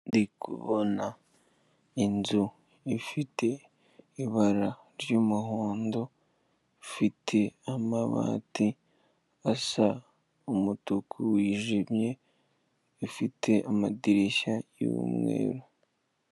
Ndi kubona inzu ifite ibara ry'umuhondo, ifite amabati asa umutuku wijimye, ifite amadirishya y'umweru.